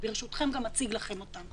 וברשותכם אני גם אציג לכם אותן.